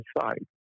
side